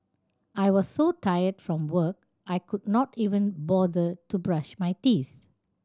I was so tired from work I could not even bother to brush my teeth